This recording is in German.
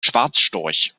schwarzstorch